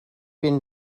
bin